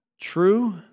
True